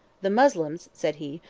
the moslems, said he,